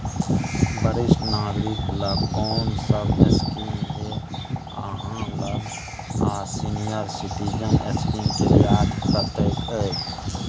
वरिष्ठ नागरिक ल कोन सब स्कीम इ आहाँ लग आ सीनियर सिटीजन स्कीम के ब्याज कत्ते इ?